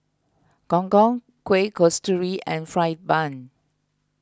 Gong Gong Kueh Kasturi and Fried Bun